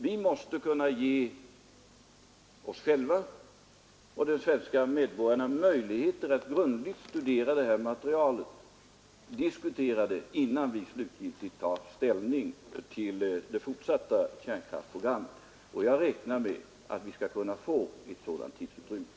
Vi måste kunna ge oss själva och alla andra svenska medborgare möjligheter att grundligt studera det här materialet och diskutera det, innan vi slutgiltigt tar ställning till det fortsatta kärnkraftsprogrammet, och jag räknar med att vi skall kunna få ett sådant tidsutrymme.